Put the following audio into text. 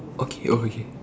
okay okay